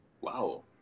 Wow